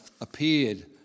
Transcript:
appeared